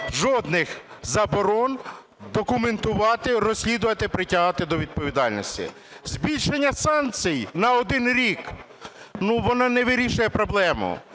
жодних заборон документувати, розслідувати, притягувати до відповідальності. Збільшення санкцій на один рік, воно не вирішує проблему.